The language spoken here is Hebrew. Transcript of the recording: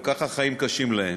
גם ככה החיים קשים להם,